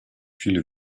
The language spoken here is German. viele